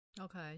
Okay